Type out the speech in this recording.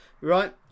Right